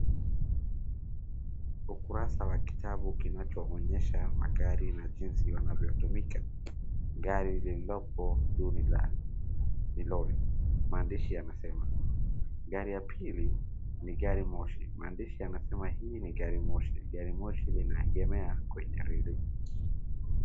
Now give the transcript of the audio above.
Ukurasa wa kitabu kinachoonyesha magari na jinsi wanavyotumika . Gari lililopo juu ni lori, maandishi yanasema. Gari ya pili ni gari moshi, maandishi yanasema hii ni gari moshi. Garimoshi linaegemea kwenye reli.